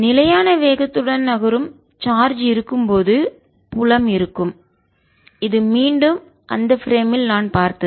நிலையான வேகத்துடன் நகரும் சார்ஜ் இருக்கும் போது புலம் இருக்கும் இது மீண்டும் அந்த பிரேமில் நான் பார்த்தது